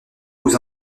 aux